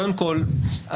קודם כל אנחנו,